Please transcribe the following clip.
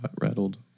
rattled